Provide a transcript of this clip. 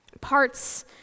parts